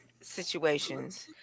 situations